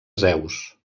zeus